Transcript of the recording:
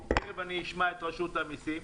תכף נשמע את רשות המסים.